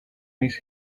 miss